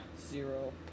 Zero